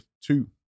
two